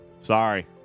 Sorry